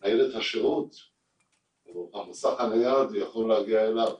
אם השירות או המוסך הנייד יכול להגיע אליו,